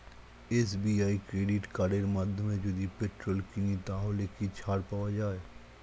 SBI credit কার্ডের মাধ্যমে যদি পেট্রোল কিনি তাহলে কি ছাড় পাওয়া যায়?